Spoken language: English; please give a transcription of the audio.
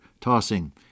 tossing